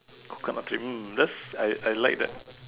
coconut drink that's I I like that